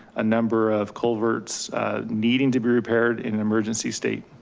a number of culverts needing to be repaired in an emergency state.